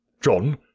John